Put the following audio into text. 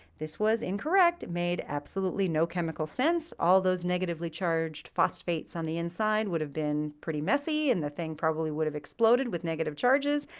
this was incorrect. it made absolutely no chemical sense. all those negatively charged phosphates on the inside would have been pretty messy, and the thing probably would have exploded with negative charges,